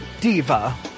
diva